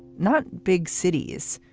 not big cities,